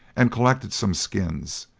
and collected some skins,